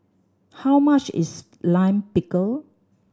how much is Lime Pickle